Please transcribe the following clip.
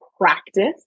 practice